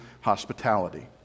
hospitality